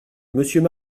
monsieur